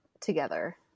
together